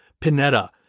Pinetta